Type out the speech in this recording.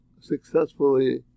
successfully